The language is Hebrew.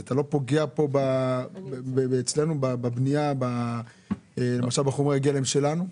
אתה לא פוגע פה אצלנו בבנייה למשל בחומרי הגלם שלנו?